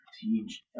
Teach